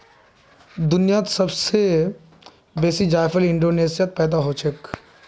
दुनियात सब स बेसी जायफल इंडोनेशियात पैदा हछेक